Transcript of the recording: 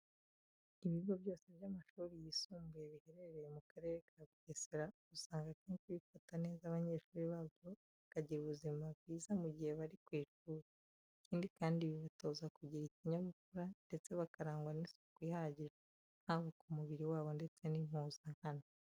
Ibigo byose by'amashuri yisumbuye biherereye mu Karere ka Bugesera usanga akenshi bifata neza abanyeshuri babyo bakagira ubuzima bwiza mu gihe bari ku ishuri. Ikindi kandi bibatoza kugira ikinyabupfura ndetse bakarangwa n'isuku ihagije haba ku mubiri wabo ndetse n'impuzankano.